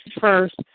first